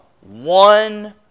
one